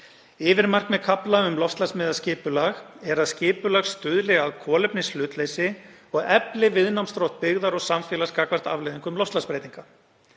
Yfirmarkmið kafla um loftslagsmiðað skipulag er að skipulag stuðli að kolefnishlutleysi og efli viðnámsþrótt byggðar og samfélags gagnvart afleiðingum loftslagsbreytinga.